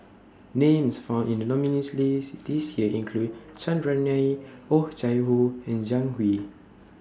Names found in The nominees' list This Year include Chandran Nair Oh Chai Hoo and Zhang Hui